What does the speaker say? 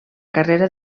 carrera